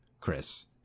Chris